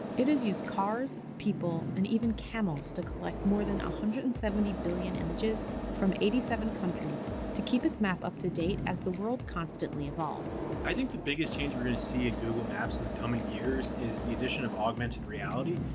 it has used cars, people and even camels to collect more than one hundred and seventy billion images from eighty seven countries to keep its map up to date as the world constantly evolves. i think the biggest change we're going to see in google maps in the coming years is the addition of augmented reality.